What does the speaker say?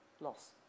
loss